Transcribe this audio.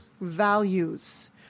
values